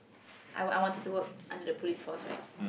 I I wanted to work under the Police Force right